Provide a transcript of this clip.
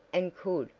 and could,